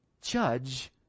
judge